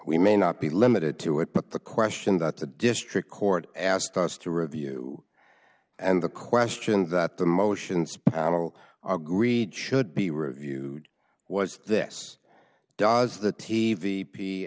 we may not be limited to it but the question that the district court asked us to review and the question that the motions i will agreed should be reviewed was this does the t v